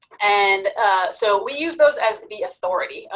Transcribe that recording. and so we use those as the authority.